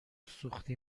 سوختی